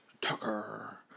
Tucker